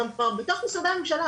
הוא גם בתוך משרדי הממשלה.